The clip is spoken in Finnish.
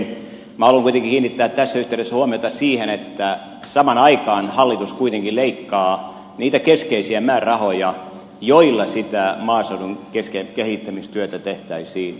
minä haluan kuitenkin kiinnittää tässä yhteydessä huomiota siihen että samaan aikaan hallitus kuitenkin leikkaa niitä keskeisiä määrärahoja joilla sitä maaseudun kehittämistyötä tehtäisiin